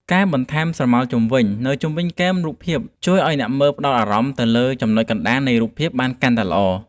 ការបន្ថែម ស្រមោលជុំវិញ នៅជុំវិញគែមរូបភាពជួយឱ្យអ្នកមើលផ្ដោតអារម្មណ៍ទៅលើចំណុចកណ្ដាលនៃរូបភាពបានកាន់តែល្អ។